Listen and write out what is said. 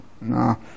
no